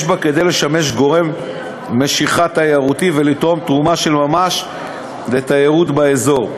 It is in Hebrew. בה כדי לשמש גורם משיכה תיירותי ולתרום תרומה של ממש לתיירות באזור.